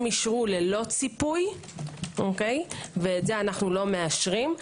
הם אישרו ללא ציפוי ואת זה אנו לא מאשרים.